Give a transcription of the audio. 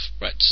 Right